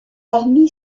parmi